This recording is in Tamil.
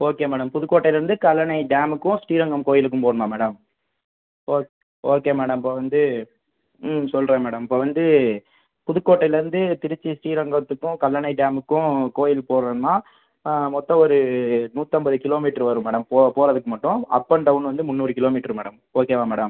ஓகே மேடம் புதுக்கோட்டையிலேருந்து கல்லணை டேமுக்கும் ஸ்ரீரங்கம் கோயிலுக்கும் போகணுமா மேடம் ஓக் ஓகே மேடம் இப்போ வந்து ம் சொல்கிறேன் மேடம் இப்போ வந்து புதுக்கோட்டையிலேருந்து திருச்சி ஸ்ரீரங்கத்துக்கும் கல்லணை டேமுக்கும் கோயிலுக்கு போகிறதுன்னா மொத்தம் ஒரு நூற்றம்பது கிலோமீட்டர் வரும் மேடம் போ போகிறதுக்கு மட்டும் அப் அண்ட் டவுன் வந்து முந்நூறு கிலோ மீட்டர் மேடம் ஓகேவா மேடம்